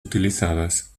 utilizadas